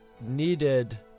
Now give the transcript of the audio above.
needed